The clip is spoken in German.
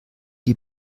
die